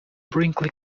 brinkley